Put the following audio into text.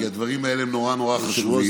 כי הדברים האלה הם נורא נורא חשובים.